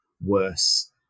worse